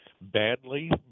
badly